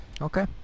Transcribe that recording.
Okay